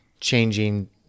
changing